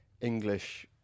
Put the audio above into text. English